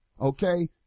Okay